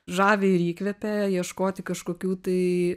žavi ir įkvepia ieškoti kažkokių tai